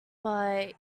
but